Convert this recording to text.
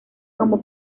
como